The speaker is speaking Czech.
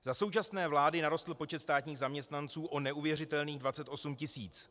Za současné vlády narostl počet státních zaměstnanců o neuvěřitelných 28 tisíc.